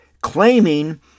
Claiming